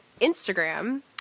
Instagram